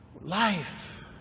life